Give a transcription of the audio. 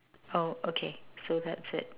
oh okay so that's it